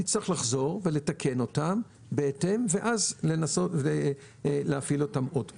נצטרך לחזור ולתקן אותם בהתאם ואז להפעיל אותם עוד פעם.